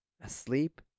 asleep